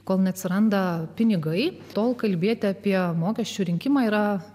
kol neatsiranda pinigai tol kalbėti apie mokesčių rinkimą yra